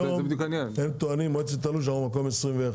והיום מועצת הלול טוענת שאנחנו במקום ה-21.